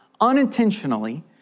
unintentionally